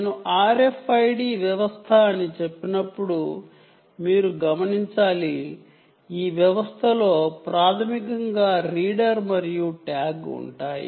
నేను RFID వ్యవస్థ అని చెప్పినప్పుడు మీరు గమనించాలి ఈ వ్యవస్థలో ప్రాథమికంగా రీడర్ మరియు ట్యాగ్ ఉంటాయి